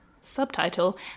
subtitle